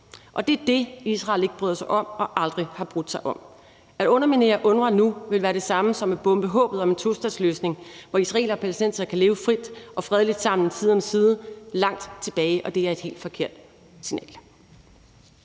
Og det er det, som Israel ikke bryder sig om, og som de aldrig har brudt sig om. At underminere UNRWA nu vil være det samme som at bombe håbet om en tostatsløsning, hvor israelere og palæstinensere kan leve frit og fredeligt sammen side om side, langt tilbage, og det er et helt forkert signal